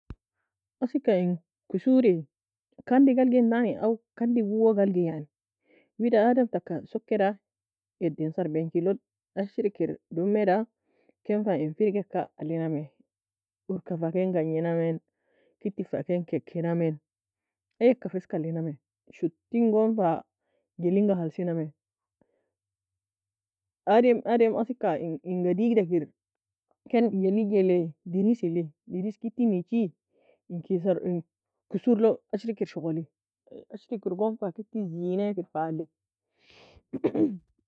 Aseka in kassure kandi ga algei entani kandi uwo ga algi, Adem taka sokeda edy en sarbei en che log ashri kir domeda ken fa owen firgeka ali namie uor ka fa ken gagni namie, ketty fa ken kekki namie ayie ka fa ken alinamie shottin goon fa gelliy enga hulsinamie. Deries elie ken gelliy deagid ta in kssure lo shogoli ketty zenago fa ken alie